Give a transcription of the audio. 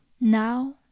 Now